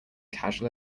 casual